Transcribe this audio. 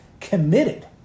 committed